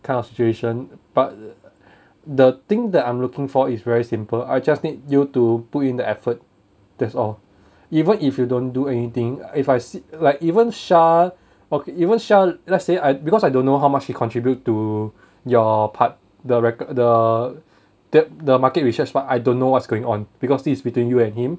kind of situation but the thing that I'm looking for is very simple I just need you to put in the effort that's all even if you don't do anything if I see like even shah or even shah let's say I because I don't know how much he contribute to your part the rec~ the the the market research but I don't know what's going on because this is between you and him